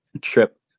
trip